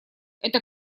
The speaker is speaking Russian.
это